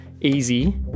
easy